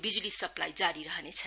विज्ली supply जारी रहनेछ